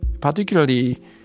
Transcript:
particularly